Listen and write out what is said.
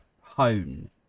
hone